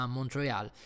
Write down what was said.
Montreal